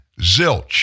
zilch